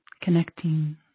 Connecting